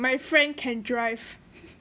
my friend can drive